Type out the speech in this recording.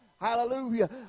Hallelujah